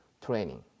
training